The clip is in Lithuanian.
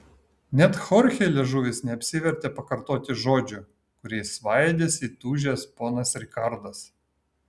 net chorchei liežuvis neapsivertė pakartoti žodžių kuriais svaidėsi įtūžęs ponas rikardas